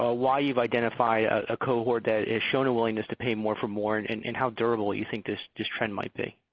ah why you've identified a cohort that is showing a willingness to pay more for more and and and how durable you think this this trend might be?